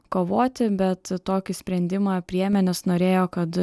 kovoti bet tokį sprendimą priėmė nes norėjo kad